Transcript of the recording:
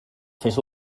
fes